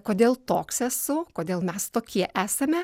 kodėl toks esu kodėl mes tokie esame